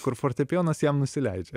kur fortepijonas jam nusileidžia